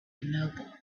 immobile